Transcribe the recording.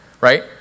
right